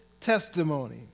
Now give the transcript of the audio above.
testimony